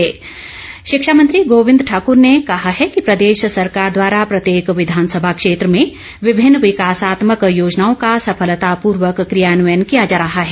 गोविंद शिक्षामंत्री गोविंद ठाकुर ने कहा है कि प्रदेश सरकार द्वारा प्रत्येक विधानसभा क्षेत्र में विभिन्न विकासात्मक योजनाओं का सफलतापूर्वक क्रियान्वयन किया जा रहा है